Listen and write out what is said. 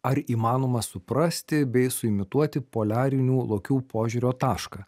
ar įmanoma suprasti bei suimituoti poliarinių lokių požiūrio tašką